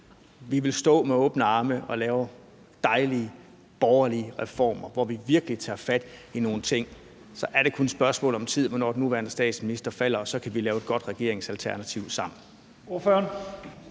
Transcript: vi vil stå med åbne arme og lave dejlige borgerlige reformer, hvor vi virkelig tager fat i nogle ting. Så er det kun et spørgsmål om tid, hvornår den nuværende statsminister falder, og så kan vi lave et godt regeringsalternativ sammen.